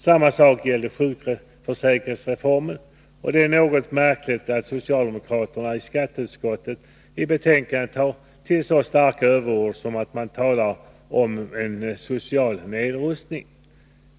Samma sak gällde sjukförsäkringsreformen, och det är något märkligt att skatteutskottets socialdemokrater har tagit till så starka överord i betänkandet att de talar om social nedrustning.